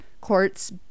courts